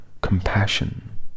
compassion